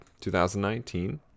2019